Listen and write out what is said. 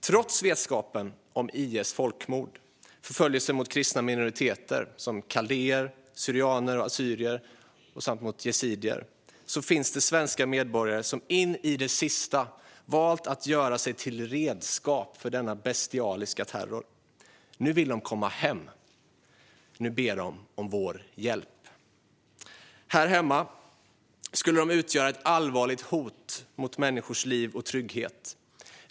Trots vetskapen om IS folkmord och förföljelsen mot kristna minoriteter som kaldéer, syrianer och assyrier samt mot yazidier finns det svenska medborgare som in i det sista valt att göra sig till redskap för denna bestialiska terror. Nu vill de komma hem. Nu ber de om vår hjälp. Här hemma skulle de utgöra ett allvarligt hot mot människors liv och trygghet.